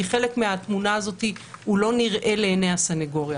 כי חלק מהתמונה לא נראה לעיני הסנגוריה